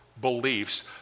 beliefs